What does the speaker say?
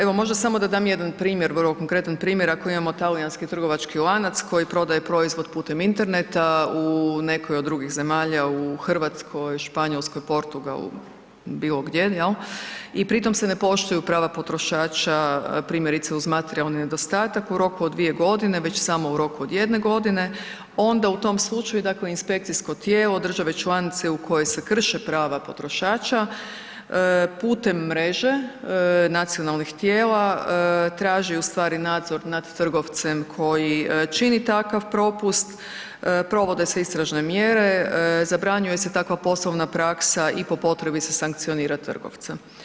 Evo možda da dam samo jedan primjer, vrlo konkretan primjer, ako imamo talijanski trgovački lanac koji prodaje proizvod putem Interneta u nekoj od drugih zemalja u Hrvatskoj, Španjolskoj, Portugalu bilo gdje, i pri tom se ne poštuju prava potrošača, primjerice uz materijalni nedostatak u roku od dvije godine, već samo u roku od jedne godine onda u tom slučaju inspekcijsko tijelo države članice u kojoj se krše prava potrošača putem mreže nacionalnih tijela traži nadzor nad trgovcem koji čini takav propust, provode se istražne mjere, zabranjuje se takav poslovna praksa i po potrebi se sankcionira trgovca.